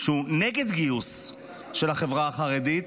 שהוא נגד גיוס של החברה החרדית,